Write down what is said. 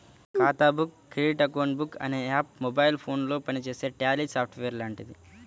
ఖాతా book credit account book అనే app mobile ఫోనులో పనిచేసే ట్యాలీ సాఫ్ట్ వేర్ లాంటిది